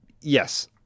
yes